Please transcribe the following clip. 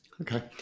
Okay